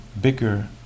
bigger